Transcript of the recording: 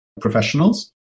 professionals